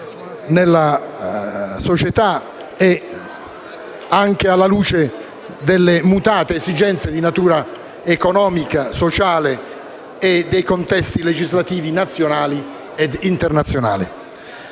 nella società, anche alla luce delle mutate esigenze di natura economica e sociale e dei contesti legislativi nazionali e internazionali.